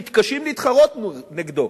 מתקשים להתחרות נגדו.